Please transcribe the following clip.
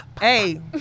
Hey